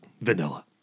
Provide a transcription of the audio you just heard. Vanilla